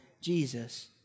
Jesus